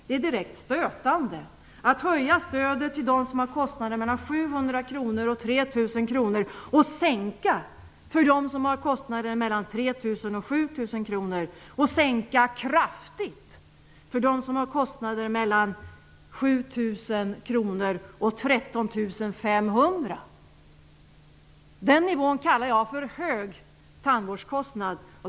Det är direkt stötande att höja stödet till dem som har kostnader på 700-3 000 kronor, sänka för dem som har kostnader på 3 000-7 000 kronor, och sänka kraftigt för dem som har på 7 000-13 500 kronor. Den nivån kallar jag för hög tandvårdskostnad.